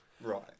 Right